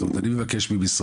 זאת אומרת אני מבקש ממשרד,